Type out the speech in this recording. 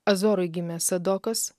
azorui gimė sadokas